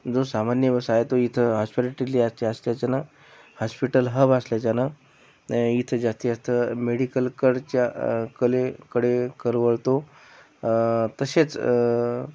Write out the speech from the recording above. जो सामान्य व्यवसाय आहे तो इथं आजपर्यंत टिकल्याच्या असल्याच्यानं हॉस्पिटल हब असल्याच्यानं इथे जास्तीत जास्त मेडिकलकडच्या कलेकडे कल वळतो तसेच